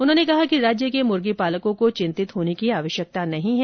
उन्होंने कहा कि राज्य के मुर्गीपालकों को चिन्तित होने की आवश्यकता नहीं है